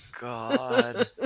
God